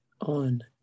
on